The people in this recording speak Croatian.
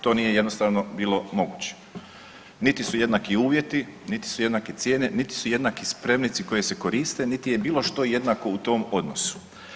To nije jednostavno bilo moguće, niti su jednaki uvjeti, niti su jednake cijene, niti su jednaki spremnici koji se koriste, niti je bilo što jednako u tom odnosu.